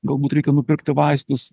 galbūt reikia nupirkti vaistus